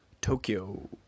Tokyo